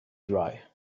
dry